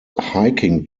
hiking